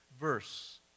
verse